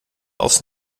aufs